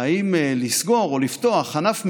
אם לסגור או לפתוח ענף מסוים,